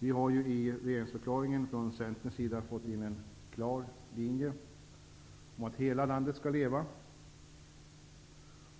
Vi har ju i regeringsförklaringen från Centerns sida fått in en klar linje om att hela landet skall leva,